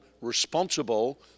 responsible